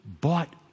bought